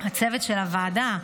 לצוות של הוועדה.